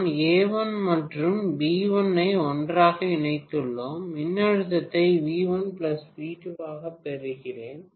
நான் A1 மற்றும் B1 ஐ ஒன்றாக இணைத்துள்ளேன் மின்னழுத்தத்தை V1 V2 ஆகப் பெறுகிறேன்